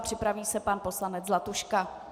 Připraví se pan poslanec Zlatuška.